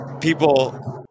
people